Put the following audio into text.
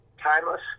timeless